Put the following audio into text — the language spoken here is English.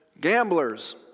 gamblers